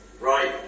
right